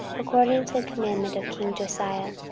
according to the commandment of king josiah.